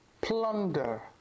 plunder